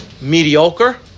mediocre